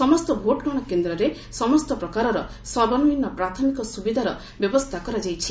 ସମସ୍ତ ଭୋଟ୍ଗ୍ରହଣ କେନ୍ଦ୍ରରେ ସମସ୍ତ ପ୍ରକାରର ସର୍ବନିମ୍ନ ପ୍ରାଥମିକ ସୁବିଧାର ବ୍ୟବସ୍ଥା କରାଯାଇଛି